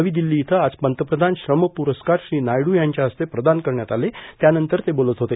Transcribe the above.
नवी दिल्सी इयं आज पंतप्रयान श्रम पुरस्कार श्री नायडू यांच्या हस्ते प्रदान करण्यात आले त्यानंतर ते बोलत होते